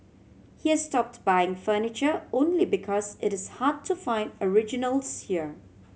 he has stop buying furniture only because it is hard to find originals here